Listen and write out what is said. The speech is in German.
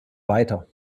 weiter